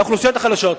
לאוכלוסיות החלשות.